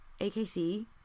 AKC